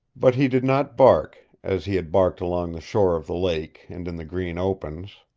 but he did not bark, as he had barked along the shore of the lake, and in the green opens.